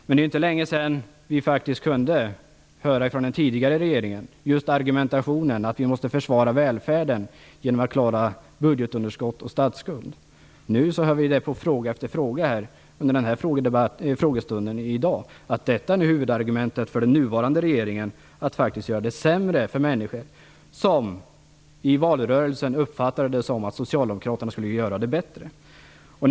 Men det är inte länge sedan som vi faktiskt kunde höra från den tidigare regeringen just argumentationen att vi måste försvara välfärden genom att klara budgetunderskott och statsskuld. Nu hör vi på fråga efter fråga här under frågestunden i dag att detta nu är huvudargumentet för den nuvarande regeringen för att faktiskt göra det sämre för människor som i valrörelsen uppfattade det som att Socialdemokraterna skulle göra förbättringar för dem.